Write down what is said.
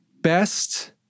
best